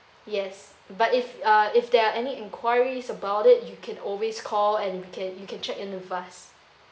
yes but if uh if there are any enquiries about it you can always call and can you can check it with us